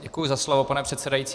Děkuji za slovo, pane předsedající.